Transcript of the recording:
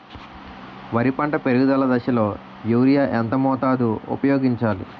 వరి పంట పెరుగుదల దశలో యూరియా ఎంత మోతాదు ఊపయోగించాలి?